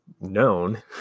known